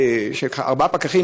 שארבעה פקחים,